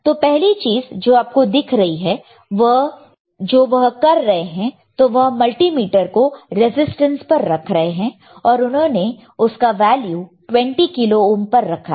तो पहली चीज जो आपको दिख रही है जो वह कर रहे हैं तो वह मल्टीमीटर को रेजिस्टेंस पर रख रहे हैं और उन्होंने उसका वैल्यू 20 किलो ओहम पर रखा है